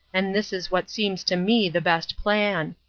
and this is what seems to me the best plan.